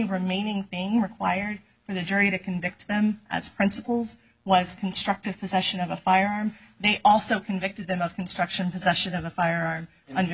remaining thing required for the jury to convict them as principals was constructive possession of a firearm they also convicted them of construction possession of a firearm under